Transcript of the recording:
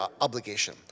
obligation